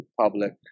public